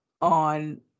on